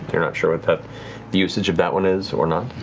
you're not sure what that the usage of that one is or not.